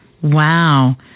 Wow